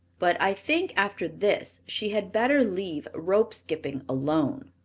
but i think after this she had better leave rope skipping alone.